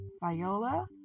Viola